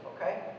okay